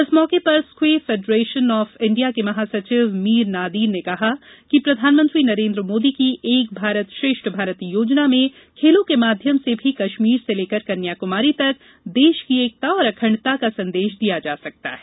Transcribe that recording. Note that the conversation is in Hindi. इस मौके पर स्क्वे फेडरेशन ऑफ इण्डिया के महासचिव मीर नादीर ने कहा कि प्रधानमंत्री नरेन्द्र मोदी की एक भारत श्रेष्ठ भारत योजना में खेलों के माध्यम से भी कश्मीर से लेकर कन्याकुमारी तक देश की एकता और अखण्डता का संदेश दिया जा सकता है